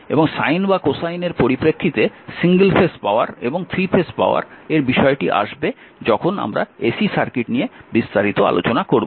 এবং সাইন বা কোসাইন এর পরিপ্রেক্ষিতে সিঙ্গেল ফেজ পাওয়ার এবং 3 ফেজ পাওয়ার এর বিষয়টি আসবে যখন AC সার্কিট নিয়ে বিস্তারিত আলোচনা হবে